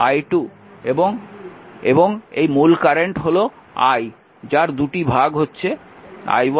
এবং এই মূল কারেন্ট হল i যার দুটি ভাগ হচ্ছে i1 এবং i2